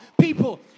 people